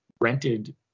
rented